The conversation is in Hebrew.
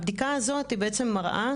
הבדיקה הזאת בעצם מראה